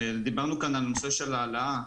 דיברנו כאן על נושא של העלאה.